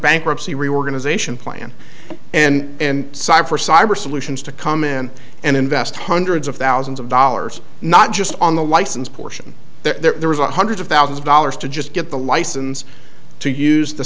bankruptcy reorganization plan and signed for cyber solutions to come in and invest hundreds of thousands of dollars not just on the license portion there was a hundreds of thousands of dollars to just get the license to use the